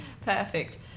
perfect